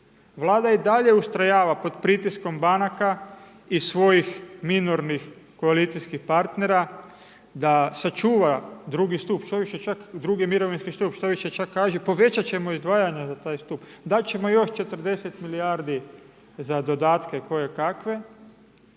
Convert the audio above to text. Vlada i dalje ustrojava pod pritiskom banaka i svojih minornih koalicijskih partnera da sačuva II stup, štoviše čak II mirovinski stup, štoviše čak kaže povećat ćemo izdvajanja za taj stup, dat ćemo još 40 milijardi za dodatke kojekakve,